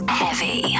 heavy